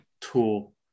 tool